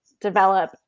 develop